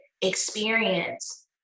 experience